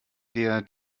der